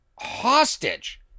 hostage